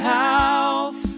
house